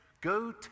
Go